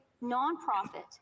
non-profit